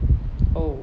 oh